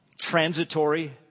transitory